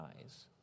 eyes